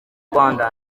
rwanda